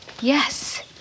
Yes